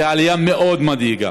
זו עלייה מאוד מדאיגה.